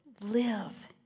live